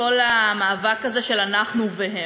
מכל המאבק הזה של אנחנו והם.